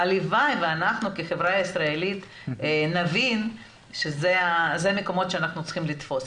הלוואי שאנחנו כחברה ישראלית נבין שאלה המקומות שאנחנו צריכים לתפוס.